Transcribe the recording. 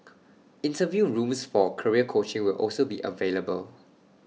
interview rooms for career coaching will also be available